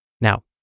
Now